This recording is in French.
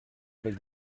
avec